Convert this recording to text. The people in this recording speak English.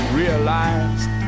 realized